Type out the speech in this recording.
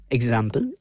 Example